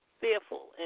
fearful